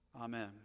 Amen